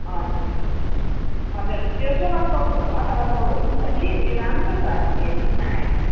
हजुर हजुर त्यो सोह्र सौ अठार सौहरूको पनि छ कि त्यो राम्रो छ हेर्नुहोस् न आएर